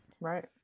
Right